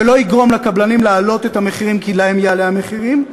ולא יגרום לקבלנים להעלות את המחירים כי להם יעלו המחירים.